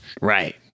Right